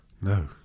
No